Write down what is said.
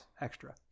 extra